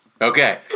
Okay